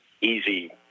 easy